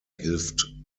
hilft